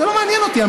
זה לא מעניין אותי.